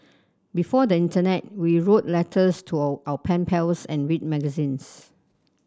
before the internet we wrote letters to our pen pals and read magazines